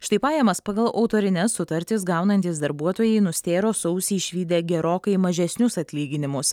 štai pajamas pagal autorines sutartis gaunantys darbuotojai nustėro sausį išvydę gerokai mažesnius atlyginimus